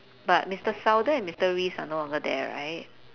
but mister sauder and mister reese are no longer there right